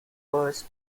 first